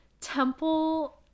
temple